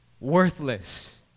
worthless